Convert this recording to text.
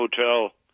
hotel